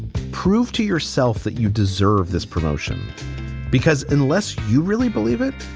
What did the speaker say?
prove to yourself that you deserve this promotion because unless you really believe it,